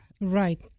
Right